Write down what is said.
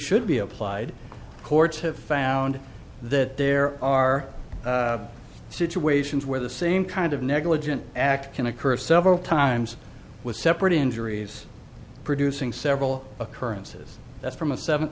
should be applied courts have found that there are situations where the same kind of negligent act can occur several times with separate injuries producing several occurrences that's from a seven